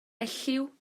elliw